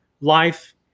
life